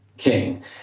King